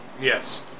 Yes